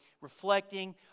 reflecting